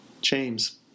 James